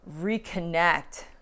reconnect